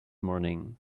morning